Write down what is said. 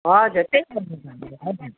हजुर